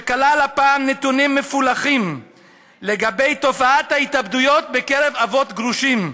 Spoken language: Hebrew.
שכלל הפעם נתונים מפולחים לגבי תופעת ההתאבדויות בקרב אבות גרושים.